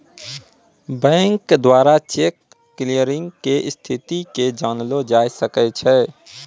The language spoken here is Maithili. बैंक द्वारा चेक क्लियरिंग के स्थिति के जानलो जाय सकै छै